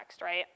right